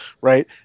right